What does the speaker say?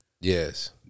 Yes